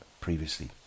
previously